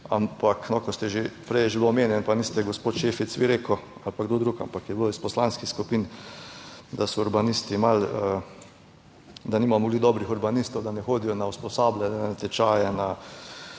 ampak kot ste, že prej je že bilo omenjeno, pa niste gospod Šefic vi rekel ali pa kdo drug, ampak je bilo iz poslanskih skupin, da so urbanisti malo, da nimamo dobrih urbanistov, da ne hodijo na usposabljanje, na tečaje,